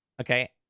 okay